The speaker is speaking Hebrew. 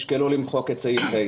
למחוק את סעיף ה.